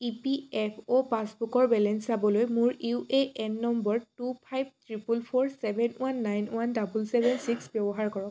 ই P F অ' পাছবুকৰ balance চাবলৈ মোৰ U A N number two five triple four seven one nine one double seven six ব্যৱহাৰ কৰক